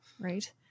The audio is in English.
Right